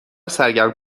سرگرم